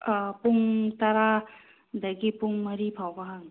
ꯑꯥ ꯄꯨꯡ ꯇꯔꯥ ꯗꯒꯤ ꯄꯨꯡ ꯃꯔꯤ ꯐꯥꯎꯕ ꯍꯥꯡꯉꯤ